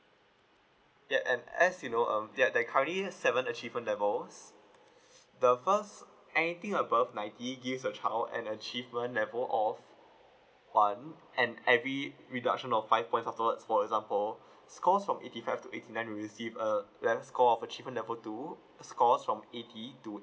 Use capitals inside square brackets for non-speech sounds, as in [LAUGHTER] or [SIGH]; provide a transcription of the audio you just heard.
yup and as you know um yup they carries seven achievement levels [BREATH] the first anything above ninety give a child an achievement level of one and every reduction of five points afterwards for example scores from eighty five to eighty nine will receive err yes score of achievement level two scores from eighty to